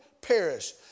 perish